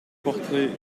porter